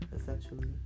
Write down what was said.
essentially